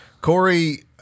Corey